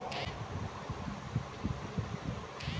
అసలు నా ఋణం ఎంతవుంది బ్యాంక్లో?